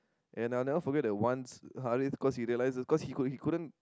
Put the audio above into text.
and I never forget that once Harrith cause he realize cause he he couldn't